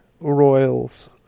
royals